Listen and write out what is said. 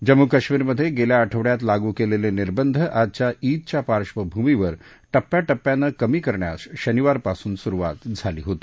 जम्मू कश्मिरमध्ये गेल्या आठवड्यात लागू केलेले निर्बध आजच्या ईदच्या पार्श्वभूमीवर टप्प्याटप्प्यानं कमी करण्यास शनिवारपासून सुरुवात झाली होती